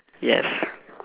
yes